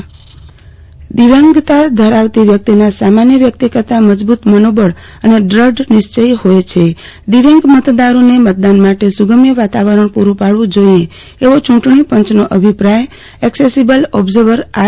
આરતી ભદ્દ વ્યાંગ મતદારા દિવ્યાંગતા ધરાવતી વ્યકિત સામાન્ય વ્યકિત કરતાં મજબૂત મનોબળ અને દ્રઢ નિશ્વયી ફોય છે દિવ્યાંગમતદારોને મતદાન માટે સુગમ્ય વાતાવરણ પુરૂ પાડવું જોઇએ એવો ચૂંટણી પંચનો અભિપ્રાય એકસેસિબલ ઓબ્ઝર્વરઆર